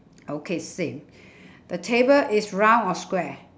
okay same the table is round or square